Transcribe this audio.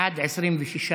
בעד, 26,